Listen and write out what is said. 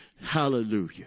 Hallelujah